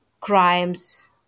crimes